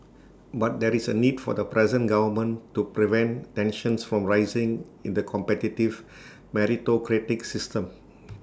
but there is A need for the present government to prevent tensions from rising in the competitive meritocratic system